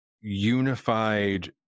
unified